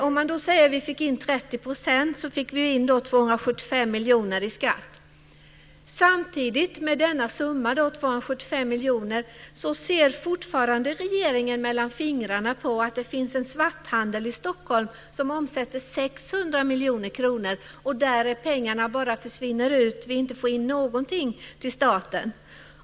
Om vi fick in 30 % innebär det 275 miljoner i skatt. Samtidigt med denna summa - 275 miljoner - så ser regeringen fortfarande mellan fingrarna när det gäller att det finns en svarthandel i Stockholm som omsätter 600 miljoner kronor. Där försvinner pengarna bara ut, och vi får inte in någonting till staten.